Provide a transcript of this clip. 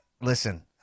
listen